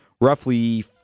roughly